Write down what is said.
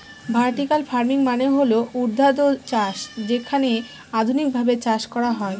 vertical farming মানে হল ঊর্ধ্বাধ চাষ যেখানে আধুনিকভাবে চাষ করা হয়